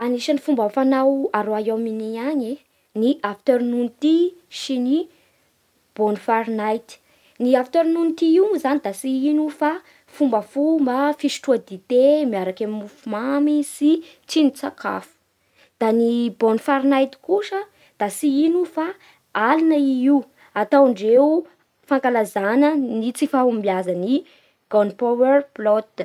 Anisan'ny fomba fanao a Royaume-Uni agny ny afternoon tea sy ny bonfire night. Ny afternoon tea io moa zany da tsy ino fa fombafomba fisotroa dite miaraky amin'ny mofo mamy sy tsindrin-tsakafo. Da ny Bonfire night kosa da tsy ino fa alina i io ataondreo fankalazana ny tsy fahombiazan'ny Gunpower Plot.